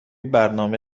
برنامه